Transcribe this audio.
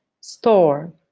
Store